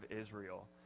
Israel